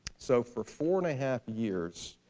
so for four and a half years,